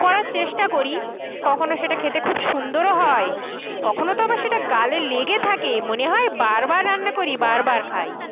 করার চেষ্টা করি কখনও সেটা খেতে খুব সুন্দরও হয় কখনও তো আবার সেটা গালে লেগে থাকে মনে হয় বারবার রান্না করি বারবার খাই